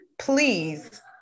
Please